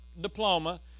diploma